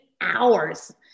hours